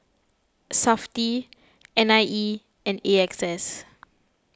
S A F T I N I E and A X S